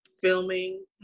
filming